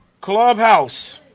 Clubhouse